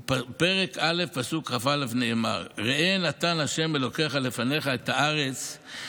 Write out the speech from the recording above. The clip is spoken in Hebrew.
בפרק א' פסוק כ"א נאמר: "ראה נתן ה' אלהיך לפניך את הארץ,